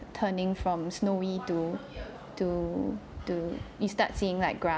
turning from snowy to to to you start seeing like grass